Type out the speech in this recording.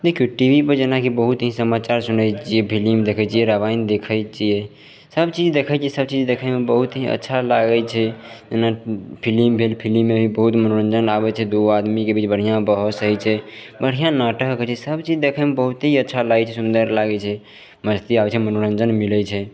देखू T V पर जेना की बहुत ही समाचार सुनय छियै फिल्म देखय छियै रामायण देखय छियै सबचीज देखय छियै सबचीज देखयमे बहुत ही अच्छा लागय छै जेना फिल्म भेल फिल्ममे भी बहुत मनोरञ्जन आबय छै दू आदमीके बीच बढ़िआँ बहस होइ छै बढ़िआँ नाटक होइ छै सबचीज देखयमे बहुत ही अच्छा लागय सुन्दर लागय छै मस्ती आबय छै मनोरञ्जन मिलय छै